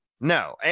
No